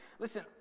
listen